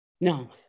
no